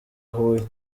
huye